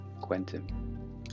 Quantum